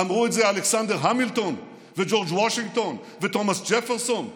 אמרו את זה אלכסנדר המילטון וג'ורג' וושינגטון ותומס ג'פרסון ואחרים,